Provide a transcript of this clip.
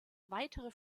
weitere